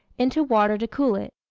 into water to cool it.